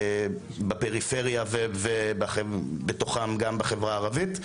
בפריפריה ובתוכם גם בחברה הערבית.